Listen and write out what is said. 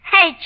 Hey